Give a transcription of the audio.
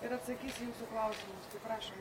ir atsakys į jūsų klausimus prašom